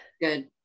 good